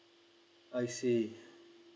I see